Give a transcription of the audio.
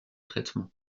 traitement